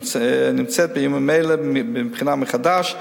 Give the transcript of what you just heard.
הנמצאת בימים אלה בבחינה מחדש,